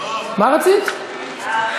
מבקשת להוסיף שהתנגדתי להצעה.